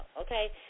okay